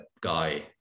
guy